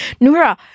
Nura